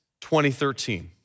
2013